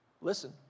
listen